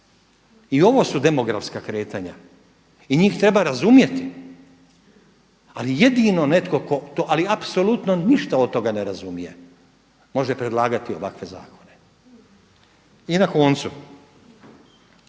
i ovo su demografska kretanja i njih treba razumjeti, ali jedino netko tko to ali apsolutno ništa od toga ne razumije može predlagati ovakve zakone. I na koncu,